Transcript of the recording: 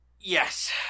Yes